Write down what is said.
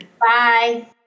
Bye